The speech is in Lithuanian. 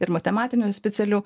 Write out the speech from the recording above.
ir matematinių specialių